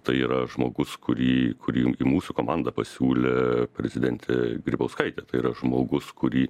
tai yra žmogus kurį kurį į mūsų komandą pasiūlė prezidentė grybauskaitė tai yra žmogus kurį